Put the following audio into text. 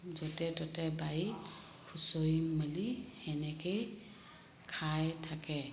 য'তে ত'তে বাৰীত খুচৰি মেলি সেনেকেই খাই থাকে